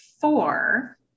four